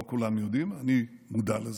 לא כולם יודעים, אני מודע לזה.